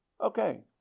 Okay